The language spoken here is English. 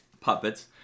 puppets